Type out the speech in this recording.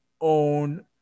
own